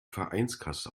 vereinskasse